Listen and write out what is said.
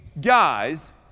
guys